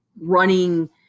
running